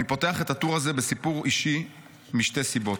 "אני פותח את הטור הזה בסיפור אישי משתי סיבות.